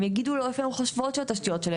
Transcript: הם יגידו להם איפה הם חושבים שהתשתיות שלהם,